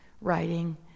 writing